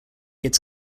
its